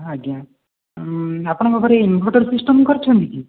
ଆଜ୍ଞା ଆପଣଙ୍କ ଘରେ ଇନଭର୍ଟର୍ ସିଷ୍ଟମ୍ କରିଛନ୍ତି